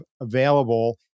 available